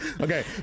Okay